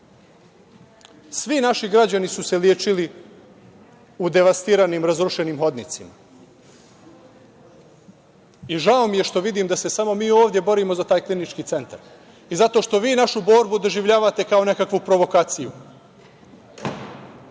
Svi naši građani su se lečili u devastiranim, razrušenim hodnicima. Žao mi je što vidim da se samo mi ovde borimo za taj klinički centar i zato što vi našu borbu doživljavate kao nekakvu provokaciju.